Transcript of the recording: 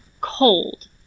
cold